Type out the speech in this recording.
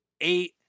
eight